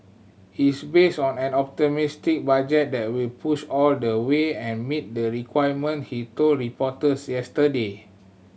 is based on an optimistic budget that will push all the way and meet the requirement he told reporters yesterday